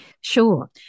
Sure